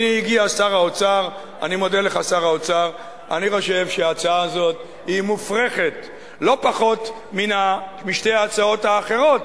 אני חושב שההצעה הזאת מופרכת לא פחות משתי ההצעות האחרות,